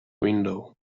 window